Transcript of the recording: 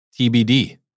TBD